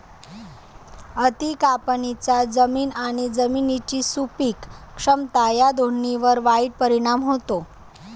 अति कापणीचा जमीन आणि जमिनीची सुपीक क्षमता या दोन्हींवर वाईट परिणाम होतो